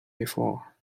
before